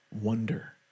wonder